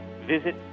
visit